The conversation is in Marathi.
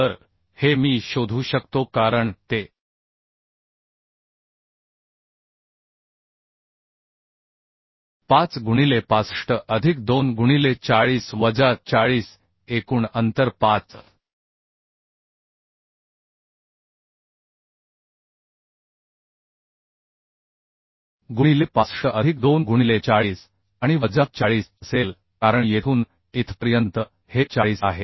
तर हे मी शोधू शकतो कारण ते 5 गुणिले 65 अधिक 2 गुणिले 40 वजा 40 एकूण अंतर 5 गुणिले 65 अधिक 2 गुणिले 40 आणि वजा 40 असेल कारण येथून इथपर्यंत हे 40 आहे